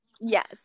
Yes